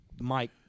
Mike